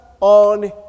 on